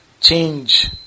change